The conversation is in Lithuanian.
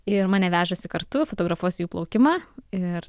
ir mane vežasi kartu fotografuosiu jų plaukimą ir